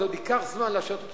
זה עוד ייקח זמן לאשר את התוכניות.